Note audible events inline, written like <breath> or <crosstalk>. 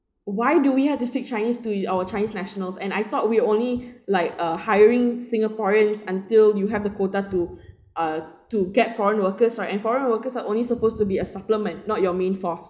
why do we have to speak chinese to uh chinese nationals and I thought we only <breath> like uh hiring singaporeans until you have the quota to uh to get foreign workers right and foreign workers are only supposed to be a supplement not your main force